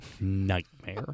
nightmare